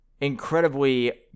incredibly